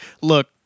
look